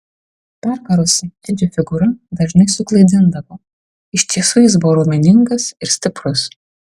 perkarusi edžio figūra dažnai suklaidindavo iš tiesų jis buvo raumeningas ir stiprus